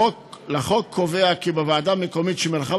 לחוק קובע כי בוועדה מקומית שמרחב